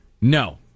No